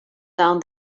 down